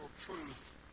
truth